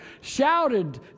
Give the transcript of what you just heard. shouted